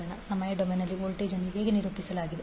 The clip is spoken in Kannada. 79V ಸಮಯ ಡೊಮೇನ್ನಲ್ಲಿನ ವೋಲ್ಟೇಜ್ ಅನ್ನು ಹೀಗೆ ನಿರೂಪಿಸಲಾಗಿದೆ v22